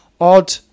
odd